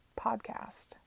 PODCAST